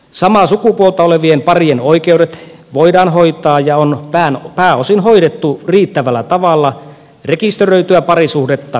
samaa sukupuolta olevien parien oikeudet voidaan hoitaa ja on pääosin hoidettu riittävällä tavalla rekisteröityä parisuhdetta koskevalla lailla